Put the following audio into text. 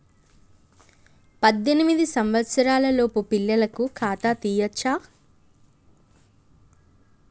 పద్దెనిమిది సంవత్సరాలలోపు పిల్లలకు ఖాతా తీయచ్చా?